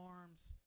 arms